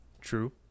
True